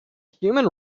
human